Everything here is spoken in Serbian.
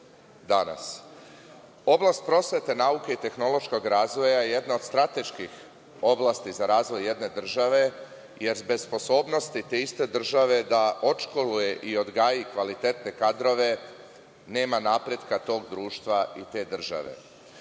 danas. Oblast prosvete, nauke i tehnološkog razvoja jedna je od strateških oblasti za razvoj jedne države, jer bez sposobnosti te iste države da odškoluje i odgaji kvalitetne kadrove, nema napretka tog društva i te države.